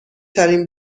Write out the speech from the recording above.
ترین